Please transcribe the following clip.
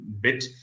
bit